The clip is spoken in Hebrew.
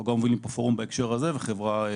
אנחנו מקיימים פורום בהקשר הזה וגם לגבי החברה הערבית.